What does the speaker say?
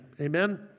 Amen